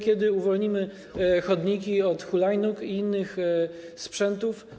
Kiedy uwolnimy chodniki od hulajnóg i innych sprzętów?